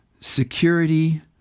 security